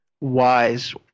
Wise